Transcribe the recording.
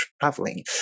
traveling